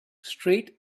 straight